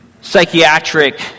psychiatric